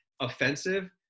offensive